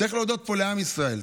צריך להודות פה לעם ישראל,